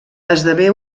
esdevé